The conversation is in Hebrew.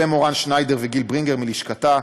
ולמורן שניידר וגיל ברינגר מלשכתה,